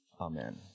Amen